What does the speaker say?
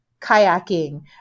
kayaking